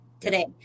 today